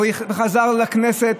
וחזר לכנסת.